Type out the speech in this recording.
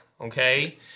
okay